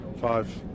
five